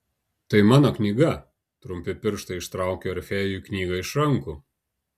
tai mano knyga trumpi pirštai ištraukė orfėjui knygą iš rankų